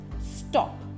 stop